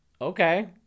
Okay